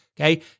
okay